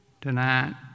tonight